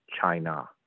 China